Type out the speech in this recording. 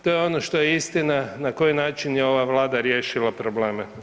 To je ono što je istina na koji način je ova Vlada riješila probleme.